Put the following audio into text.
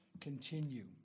continue